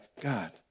God